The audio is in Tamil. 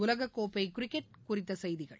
உலகக்கோப்பை கிரிக்கெட் போட்டி குறித்த செய்திகள்